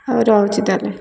ହଉ ରହୁଛି ତା'ହେଲେ